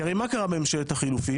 כי הרי מה קרה בממשלת החילופין?